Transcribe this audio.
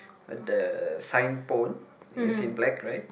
the sign is in black right